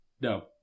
No